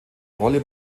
rolle